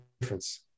difference